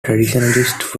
traditionalists